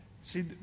See